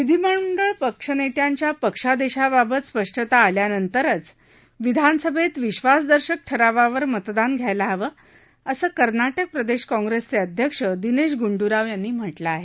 विधीमंडळ पक्षनेत्यांच्या पक्षादेशाबाबत स्पष्टता आल्यानंतरच विधानसभेत विश्वासदर्शक ठरावावर मतदान घ्यायला हवं असं कर्नाटक प्रदेश काँग्रेसचे अध्यक्ष दिनेश गुंडुराव यांनी म्हटलं आहे